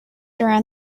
around